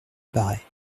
paraît